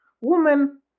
woman